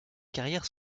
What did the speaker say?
carrière